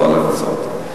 אני לא הולך לעצור אותה,